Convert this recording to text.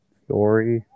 story